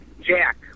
Jack